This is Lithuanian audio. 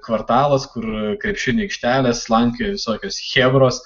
kvartalas kur krepšinio aikštelės slankioja visokios chebros